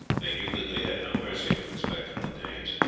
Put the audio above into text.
they knew that they had no mercy to expect from the danes,